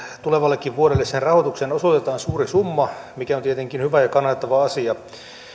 tulevalle vuodellekin sen rahoitukseen osoitetaan suuri summa mikä on tietenkin hyvä ja kannatettava asia